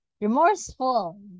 Remorseful